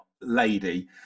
lady